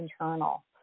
internal